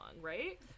right